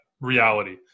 reality